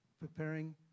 preparing